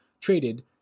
traded